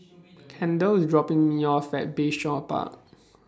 Kendall IS dropping Me off At Bayshore Park